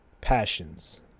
passions